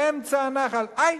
באמצע הנחל: איי,